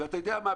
ואתה יודע מה?